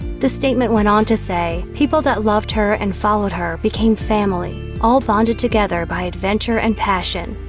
the statement went on to say people that loved her and followed her became family, all bonded together by adventure and passion,